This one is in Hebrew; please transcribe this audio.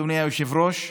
אדוני היושב-ראש,